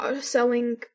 selling